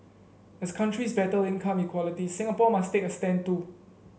as countries battle income inequality Singapore must take a stand too